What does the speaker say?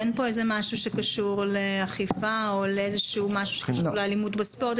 אין פה משהו שקשור לאכיפה או לאלימות בספורט,